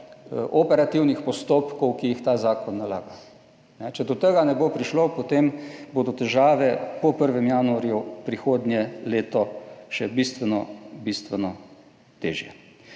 operativnih postopkov, ki jih ta zakon nalaga. Če do tega ne bo prišlo, potem bodo težave po 1. januarju prihodnje leto še bistveno,